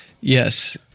Yes